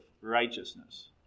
righteousness